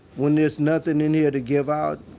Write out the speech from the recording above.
when there's nothing in here to give out,